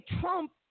Trump